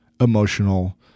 emotional